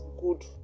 good